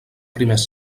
primers